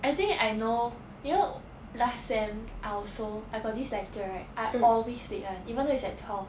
I think I know you know last sem I also I got this lecture right I always late [one] even though it's at twelve